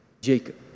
Jacob